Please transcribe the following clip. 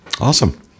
Awesome